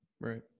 Right